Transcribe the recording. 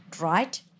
right